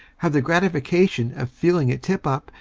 have the gratification of feeling it tip up,